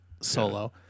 Solo